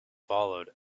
followed